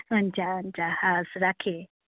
हुन्छ हुन्छ हवस् राखेँ